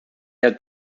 had